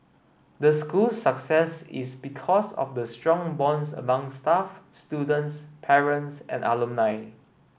the school success is because of the strong bonds among staff students parents and alumni